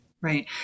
right